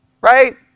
Right